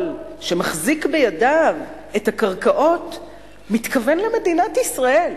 שמחזיק בידיו את הקרקעות הוא מתכוון למדינת ישראל.